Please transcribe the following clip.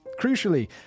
Crucially